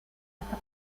hasta